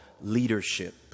leadership